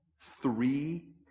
three